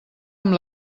amb